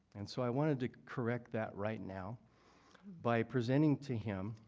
and so i wanted to correct that right now by presenting to him